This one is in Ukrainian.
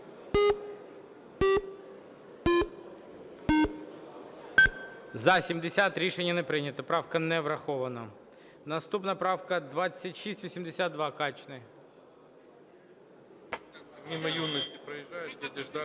За-70 Рішення не прийнято. Правка не врахована. Наступна правка - 2682. Качний.